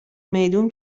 میدون